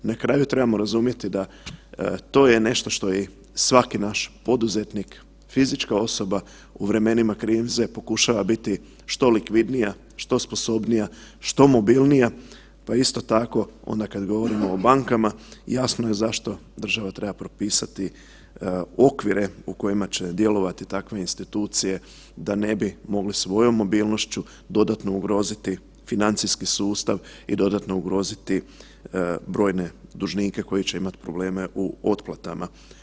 Na kraju trebamo razumjeti da to je nešto što je i svaki naš poduzetnik, fizička osoba u vremenima krize pokušava biti što likvidnija, što sposobnija, što mobilnija, pa isto tako onda kad govorimo o bankama jasno mi je zašto država treba propisati okvire u kojima će djelovati takve institucije da ne bi mogle svojom mobilnošću dodatno ugroziti financijski sustav i dodatno ugroziti brojne dužnike koji će imati probleme u otplatama.